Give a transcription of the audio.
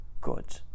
good